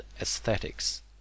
aesthetics